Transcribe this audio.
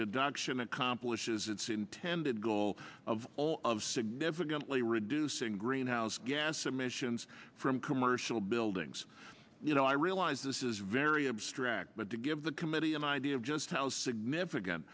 deduction accomplishes its intended goal of all of significantly reducing greenhouse gas emissions from commercial buildings you know i realize this is very abstract but to give the committee an idea of just how significant